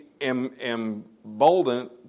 emboldened